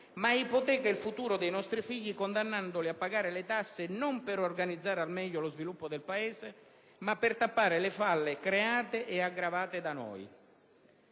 ma ipoteca il futuro dei nostri figli, condannandoli a pagare le tasse non per organizzare al meglio lo sviluppo del Paese, ma per tappare le falle create ed aggravate da noi.